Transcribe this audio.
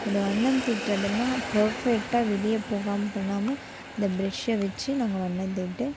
இந்த வண்ணம் தீட்டுறதுன்னா பேர்ஃபெக்டாக வெளியே போகாமல் பண்ணாமல் இந்த பிரெஷ்ஷை வெச்சு நாங்கள் வண்ணம் தீட்டி